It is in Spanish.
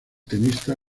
tenista